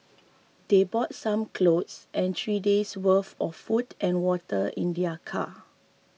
they brought some clothes and three days' worth of food and water in their car